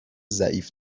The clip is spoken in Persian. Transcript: ضعیف